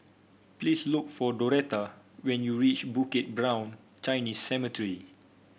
please look for Doretta when you reach Bukit Brown Chinese Cemetery